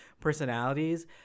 personalities